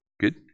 Good